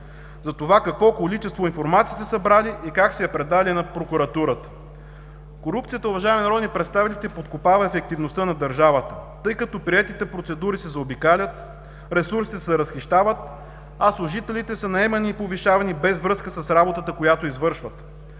за това какво количество информация са събрали и как са я предали на прокуратурата“. Корупцията, уважаеми народни представители, подкопава ефективността на държавата, тъй като приетите процедури се заобикалят, ресурсите се разхищават, а служителите са наемани и повишавани без връзка с работата, която извършват.